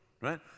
right